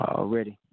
Already